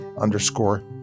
underscore